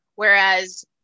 Whereas